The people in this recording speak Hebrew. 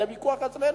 היה ויכוח אצלנו.